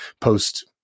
post